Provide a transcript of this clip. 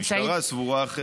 המשטרה סבורה אחרת.